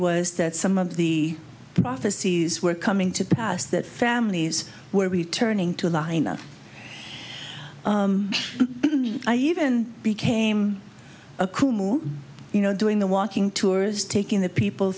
was that some of the prophecies were coming to pass that families where we turning to a line or i even became a kumu you know doing the walking tours taking the people